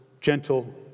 gentle